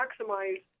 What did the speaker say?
maximize